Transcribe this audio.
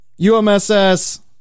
UMSs